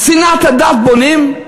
על שנאת הדת בונים?